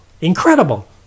incredible